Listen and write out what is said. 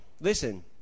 listen